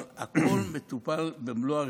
אבל הכול מטופל במלוא הרצינות.